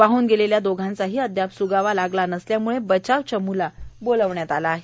वाहन गेलेल्या दोघांचाही अद्याप स्गावा लागला नसल्यामूळे बचाव चमूला बोलावण्यात आल आहे